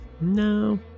No